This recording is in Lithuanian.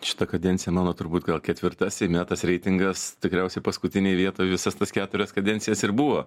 šita kadencija mano turbūt gal ketvirta seime tas reitingas tikriausiai paskutinėj vietoj visas tas keturias kadencijas ir buvo